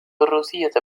الروسية